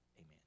Amen